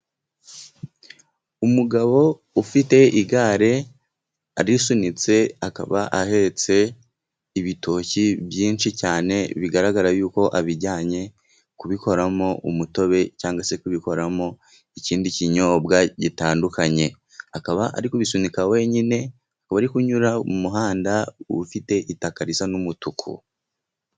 Umugabo ufite igare arisunitse akaba ahetse ibitoki byinshi cyane, bigaragara yuko abijyanye kubikoramo umutobe, cyangwa se kubikoramo ikindi kinyobwa gitandukanye. Akaba ari kubisunika wenyine ari kunyura mu muhanda ufite itaka risa n'umutuku.